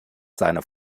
seine